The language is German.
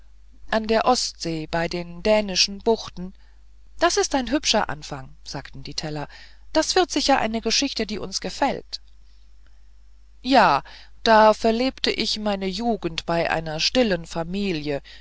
an der ostsee bei den dänischen buchen das ist ein hübscher anfang sagten die teller das wird sicher eine geschichte die uns gefällt ja da verlebte ich meine jugend bei einer stillen familie